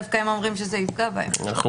הם אומרים דווקא שזה יפגע בהם, נשמע מה הם אומרים.